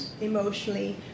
emotionally